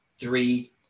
three